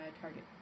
target